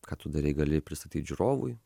ką tu darai gali pristatyt žiūrovui